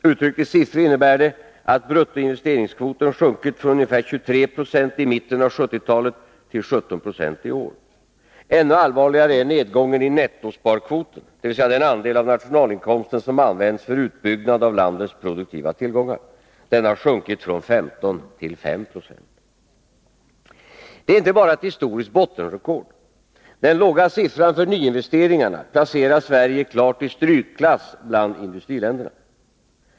Uttryckt i siffror innebär detta att bruttoinvesteringskvoten sjunkit från ca 23 20 i mitten av 1970-talet till 17 96 i år. Ännu allvarligare är nedgången i nettosparkvoten, dvs. den andel av nationalinkomsten som används för utbyggnad av landet produktiva tillgångar. Den har sjunkit från 15 till 5 90. Det är inte bara ett historiskt bottenrekord. Den låga siffran för nyinvesteringarna placerar Sverige klart i strykklass bland industriländerna.